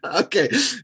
Okay